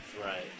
Right